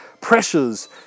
pressures